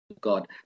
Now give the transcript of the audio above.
God